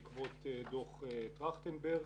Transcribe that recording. בעקבות דוח טרכטנברג,